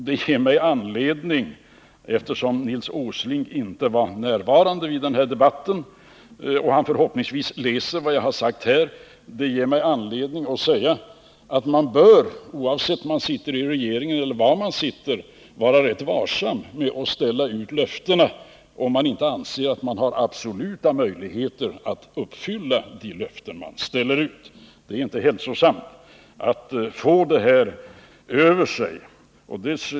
Det ger mig anledning att säga — eftersom Nils Åsling inte var närvarande vid den här debatten men förhoppningsvis läser vad jag har sagt här— att man bör vara varsam med att ställa ut löften, om man inte anser sig ha absoluta möjligheter att uppfylla de löften man ställer ut, oavsett om man sitter i regeringen eller var man sitter. Det är inte hälsosamt att få detta över sig.